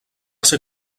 ser